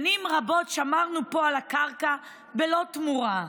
שנים רבות שמרנו פה על הקרקע בלא תמורה.